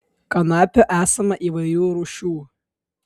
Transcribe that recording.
kanapių esama įvairių rūšių